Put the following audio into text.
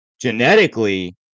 genetically